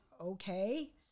okay